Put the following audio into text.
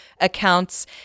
accounts